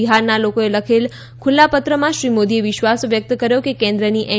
બિહારના લોકોચ્યે લખેલ ખુલ્લા પત્રમાં શ્રી મોદીએ વિશ્વાસ વ્યકત કર્યો છે કે કેન્દ્રની એન